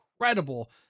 incredible